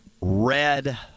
red